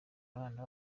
abana